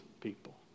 people